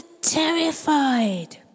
terrified